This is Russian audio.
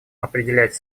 определять